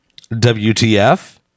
WTF